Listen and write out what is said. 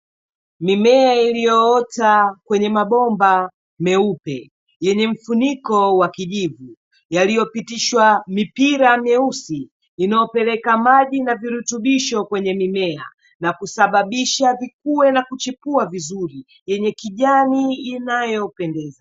Mimea iliyoota kwenye mabomba meupe yenye mfuniko wa kijivu, yaliyopitishwa mipira myeusi inayopeleka maji na virutubisho kwenye mimea, na kusababisha vikue na kuchipua vizuri yenye kijani inayopendeza.